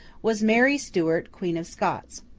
was mary stuart, queen of scots.